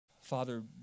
Father